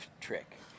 trick